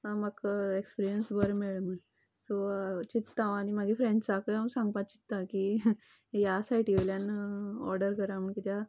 म्हाका एक्सपिरियन्स बरो मेळ्ळो म्हूण सो हांव चित्तां आनी म्हाजे फ्रेंड्साकूय हांव सांगपाक चित्तां की ह्या सायटी वयल्यान ऑर्डर करा म्हण कित्याक